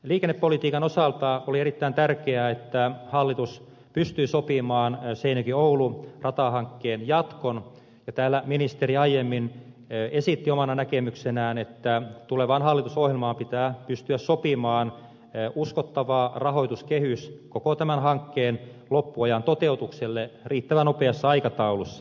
liikennepolitiikan osalta oli erittäin tärkeää että hallitus pystyi sopimaan seinäjokioulu ratahankkeen jatkon ja täällä ministeri aiemmin esitti omana näkemyksenään että tulevaan hallitusohjelmaan pitää pystyä sopimaan uskottava rahoituskehys koko tämän hankkeen loppuajan toteutukselle riittävän nopeassa aikataulussa